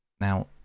Now